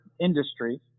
industry